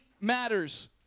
matters